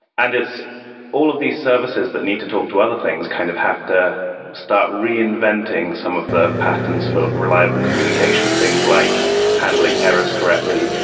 and all of these services that need to talk to other things kind of have to start reinventing some of the patterns for reliable communication. things like handling errors correctly.